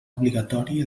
obligatori